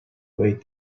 wait